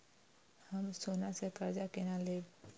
हम सोना से कर्जा केना लैब?